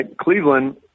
Cleveland